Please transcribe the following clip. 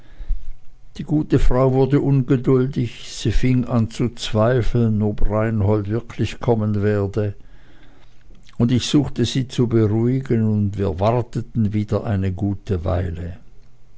die gute frau wurde ungeduldig sie fing an zu zweifeln ob reinhold wirklich kommen werde ich suchte sie zu beruhigen und wir warteten wieder eine gute weile